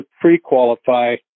pre-qualify